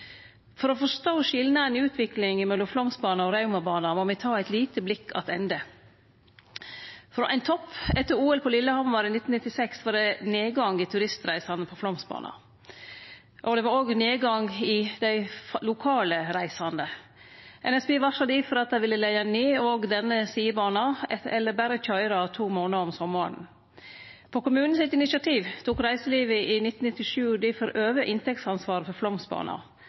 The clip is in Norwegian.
For å forstå skilnaden i utviklinga mellom Flåmsbana og Raumabana må me ta eit lite blikk attende. Frå ein topp etter OL på Lillehammer i 1994 var det nedgang i turistreisande på Flåmsbana, og det var òg nedgang i dei lokalt reisande. NSB varsla difor at dei ville leggje ned òg denne sidebana eller berre køyre to månader om sommaren. På initiativ frå kommunen tok reiselivet i 1997 difor over inntektsansvaret for